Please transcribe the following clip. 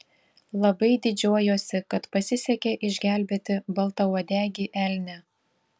labai didžiuojuosi kad pasisekė išgelbėti baltauodegį elnią